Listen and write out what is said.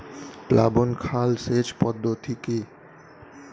প্লাবন খাল সেচ পদ্ধতি কি?